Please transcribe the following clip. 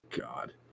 God